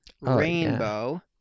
rainbow